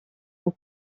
aux